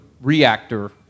reactor